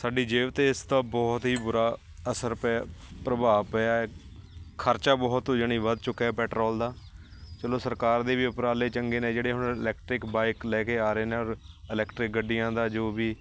ਸਾਡੀ ਜੇਬ 'ਤੇ ਇਸ ਤਾਂ ਬਹੁਤ ਹੀ ਬੁਰਾ ਅਸਰ ਪਿਆ ਪ੍ਰਭਾਵ ਪਿਆ ਹੈ ਖਰਚਾ ਬਹੁਤ ਯਾਨੀ ਵੱਧ ਚੁੱਕਿਆ ਪੈਟਰੋਲ ਦਾ ਚਲੋ ਸਰਕਾਰ ਦੇ ਵੀ ਉਪਰਾਲੇ ਚੰਗੇ ਨੇ ਜਿਹੜੇ ਹੁਣ ਇਲੈਕਟਰਿਕ ਬਾਈਕ ਲੈ ਕੇ ਆ ਰਹੇ ਨੇ ਇਲੈਕਟਰਿਕ ਗੱਡੀਆਂ ਦਾ ਜੋ ਵੀ